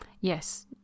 yes